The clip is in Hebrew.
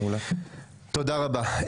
תודה רבה.